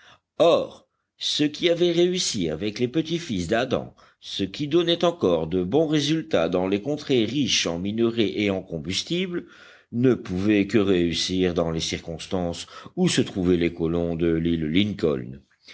or ce qui avait réussi avec les petits-fils d'adam ce qui donnait encore de bons résultats dans les contrées riches en minerai et en combustible ne pouvait que réussir dans les circonstances où se trouvaient les colons de l'île lincoln